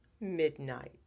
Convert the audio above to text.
Midnight